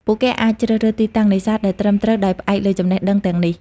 ពួកគេអាចជ្រើសរើសទីតាំងនេសាទដែលត្រឹមត្រូវដោយផ្អែកលើចំណេះដឹងទាំងនេះ។